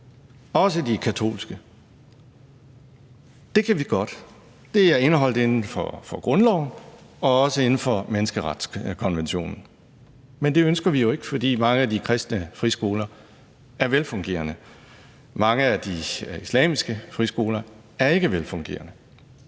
skoler. Det kan vi godt – det er indeholdt i grundloven og også i menneskerettighedskonventionen – men det ønsker vi jo ikke, fordi mange af de kristne friskoler er velfungerende, mens mange af de islamiske friskoler ikke er velfungerende.